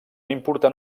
important